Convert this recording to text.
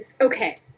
okay